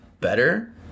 better